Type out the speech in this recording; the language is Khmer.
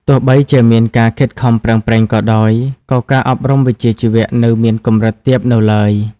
ទោះបីជាមានការខិតខំប្រឹងប្រែងក៏ដោយ ក៏ការអប់រំវិជ្ជាជីវៈនៅមានកម្រិតទាបនៅឡើយ។